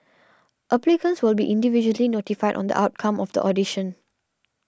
applicants will be individually notified on the outcome of the audition